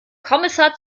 kommissar